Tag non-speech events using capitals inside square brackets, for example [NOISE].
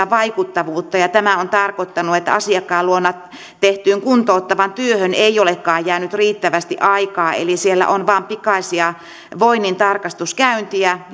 [UNINTELLIGIBLE] vaikuttavuutta tämä on tarkoittanut että asiakkaan luona tehtyyn kuntouttavaan työhön ei olekaan jäänyt riittävästi aikaa eli siellä on vain pikaisia voinnin tarkastuskäyntejä [UNINTELLIGIBLE]